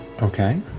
okay.